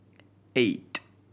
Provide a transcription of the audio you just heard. eight